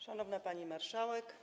Szanowna Pani Marszałek!